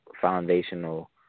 foundational